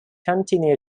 continue